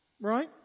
Right